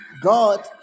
God